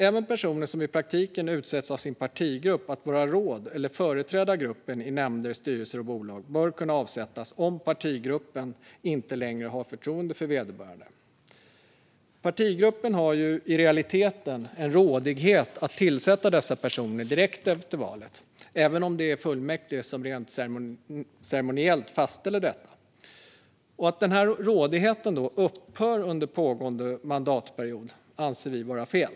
Även personer som i praktiken utsetts av sin partigrupp att vara råd eller företräda gruppen i nämnder, styrelser och bolag bör kunna avsättas om partigruppen inte längre har förtroende för vederbörande. Partigruppen har ju i realiteten en rådighet att tillsätta dessa personer direkt efter valet, även om det är fullmäktige som rent ceremoniellt fastställer detta. Att denna rådighet upphör under pågående mandatperiod anser vi vara fel.